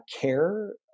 care